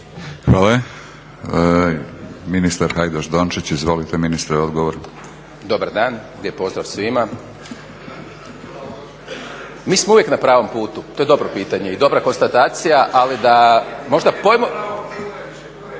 odgovor. **Hajdaš Dončić, Siniša (SDP)** Dobar dan! Lijep pozdrav svima. Mi smo uvijek na pravom putu, to je dobro pitanje i dobra konstatacija. Ali da možda pojmovnički